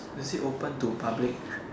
is it open to public